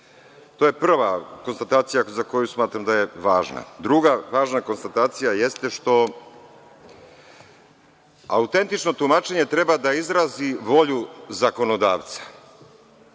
To je prva konstatacija za koju smatram da je važna. Druga važna konstatacija jeste što autentično tumačenje treba da izrazi volju zakonodavca,